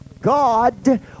god